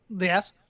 Yes